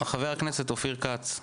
חבר הכנסת אופיר כץ.